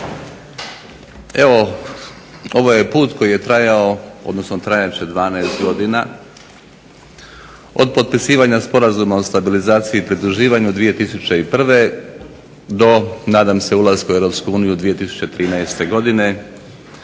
Evo ovo je put koji je trajao odnosno trajat će 12 godina od potpisivanja Sporazuma o stabilizaciji i pridruživanju 2001. do nadam se ulaska u EU 2013. godine.